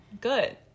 good